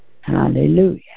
Hallelujah